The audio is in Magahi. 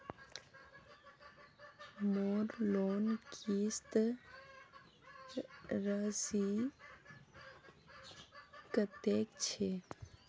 मोर लोन किस्त राशि कतेक छे?